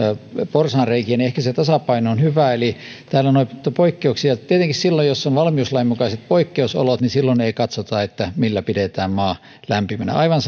porsaanreikiä niin ehkä se tasapaino on hyvä eli täällä on otettu esille poikkeukset tietenkään silloin jos on valmiuslain mukaiset poikkeusolot ei katsota millä pidetään maa lämpimänä aivan